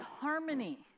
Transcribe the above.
harmony